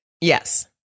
Yes